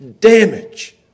damage